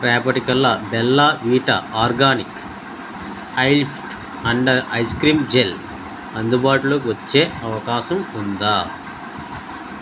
రేపటి కల్లా Bella Vita organic eye lift under eyes cream gel అందుబాటులోకొచ్చే అవకాశం ఉందా